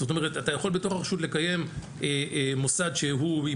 זאת אומרת אתה יכול בתוך הרשות לקיים מוסד שהוא עם